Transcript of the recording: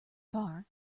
far